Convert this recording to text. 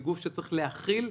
מגוף שצריך להכיל,